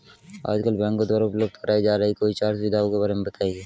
आजकल बैंकों द्वारा उपलब्ध कराई जा रही कोई चार सुविधाओं के बारे में बताइए?